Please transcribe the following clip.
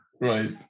Right